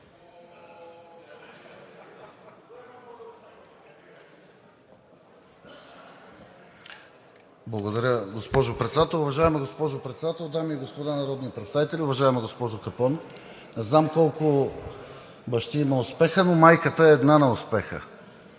Благодаря, госпожо Председател. Уважаема госпожо Председател, дами и господа народни представители! Уважаема госпожо Капон, не знам колко бащи има успехът, но майката на успеха